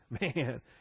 Man